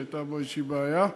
שהייתה בו איזושהי בעיה.